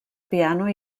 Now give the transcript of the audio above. piano